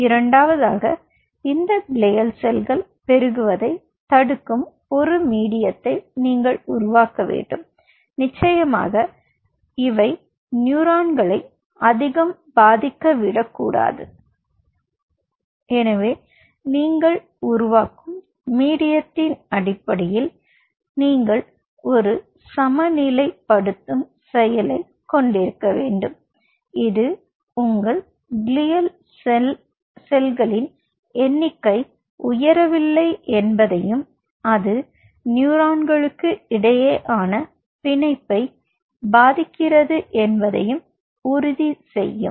இரண்டாவதாக இந்த கிளைல் செல்கள் பெருகுவதைத் தடுக்கும் ஒரு மீடியத்தை நீங்கள் உருவாக்க வேண்டும் நிச்சயமாக நியூரான்களை அதிகம் பாதிக்க விடக்கூடாது எனவே நீங்கள் உருவாக்கும் மீடியத்தின் அடிப்படையில் நீங்கள் ஒரு சமநிலைப்படுத்தும் செயலைக் கொண்டிருக்க வேண்டும் இது உங்கள் க்ளியல் செல் எண் உயரவில்லை என்பதையும் அது நியூரான்களுக்கிடையேயான இணைப்பைப் பாதிக்கிறது என்பதையும் என்பதையும் உறுதி செய்யும்